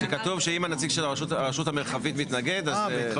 שכתוב שאם הנציג של הרשות המרחבית מתנגד אז.